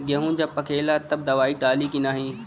गेहूँ जब पकेला तब दवाई डाली की नाही?